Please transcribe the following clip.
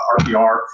RPR